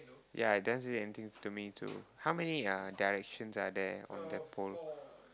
ya does anything to me too how many ya directions are there on the pole